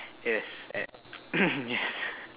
yes at yes